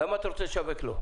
למה אתה רוצה לשווק לו?